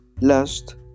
Last